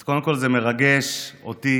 אז קודם כול, זה מרגש אותי